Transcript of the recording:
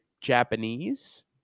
Japanese